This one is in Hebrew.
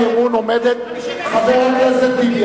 חבר הכנסת טיבי,